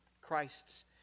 christ's